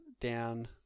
down